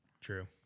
True